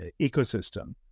ecosystem